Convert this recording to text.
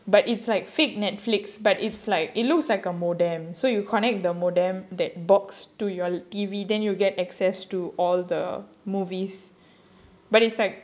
but it's like fake Netflix but it's like it looks like a modem so you connect the modem that box to your T_V then you will get access to all the movies but it's like